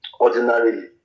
ordinarily